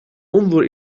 انظر